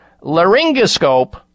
Laryngoscope